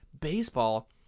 baseball